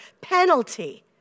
penalty